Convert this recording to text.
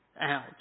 out